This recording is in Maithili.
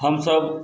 हमसब